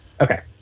Okay